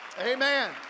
Amen